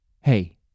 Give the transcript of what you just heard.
hey